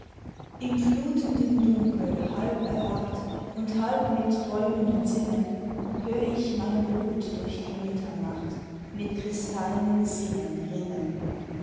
im flutenden dunkel halb erwacht und halb mit träumenden sinnen hör ich mein blut durch die mitternacht mit kristallenem singen rinnen